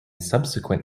subsequent